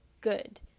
good